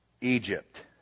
Egypt